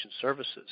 Services